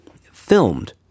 filmed